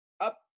up